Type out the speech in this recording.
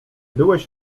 byłeś